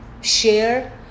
share